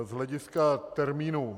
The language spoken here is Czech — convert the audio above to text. Z hlediska termínu.